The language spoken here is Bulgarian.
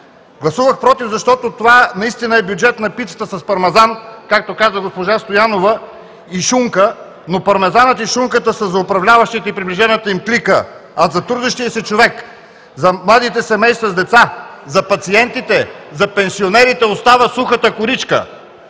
Гласувах „против“, защото това наистина е бюджет на пицата с пармезан, както каза госпожа Стоянова, и шунка, но пармезанът и шунката са за управляващите и за приближените им клики, а за трудещия се човек, за младите семейства с деца, за пациентите, за пенсионерите остава сухата коричка.